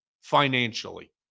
financially